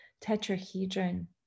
tetrahedron